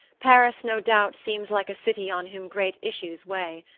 paris no doubt seems like a city on whom great issues weigh.